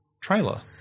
trailer